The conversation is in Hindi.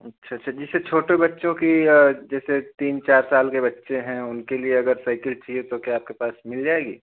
अच्छा अच्छा जैसे छोटे बच्चों की जैसे तीन चार साल के बच्चे हैं उनके लिए अगर साइकिल चाहिए तो क्या आपके पास मिल जाएगी